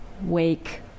wake